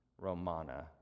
Romana